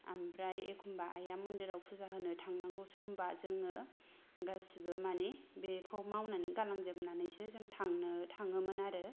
ओमफ्राय एखमबा आइआ मन्दिराव फुजा होनो थांनांगौ समबा जोंङो गासिबो मानि बेखौ मावनानै गालां जोबनानैसो जों थांनो थांङोमोन आरो